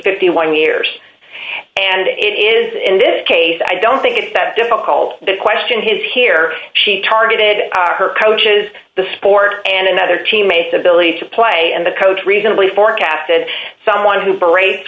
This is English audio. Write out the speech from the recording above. fifty one years and it is in this case i don't think it's that difficult to question his here she targeted her coaches the sport and another team mates ability to play and the coach reasonably forecasted someone who